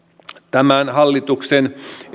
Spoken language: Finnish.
tämän hallituksen